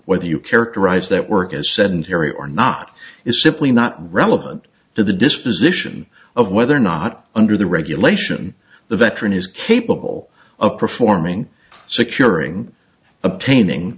whether you characterize that work as sedentary or not is simply not relevant to the disposition of whether or not under the regulation the veteran is capable of performing securing obtaining